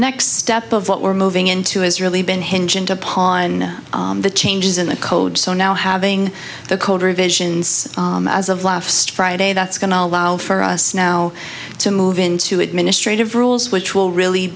next step of what we're moving into has really been hinge and upon the changes in the code so now having the code revisions as of laughs friday that's going to allow for us now to move into administrative rules which will really